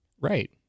Right